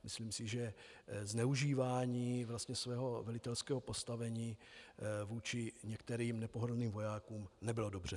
Myslím si, že zneužívání svého velitelského postavení vůči některým nepohodlným vojákům nebylo dobře.